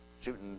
shooting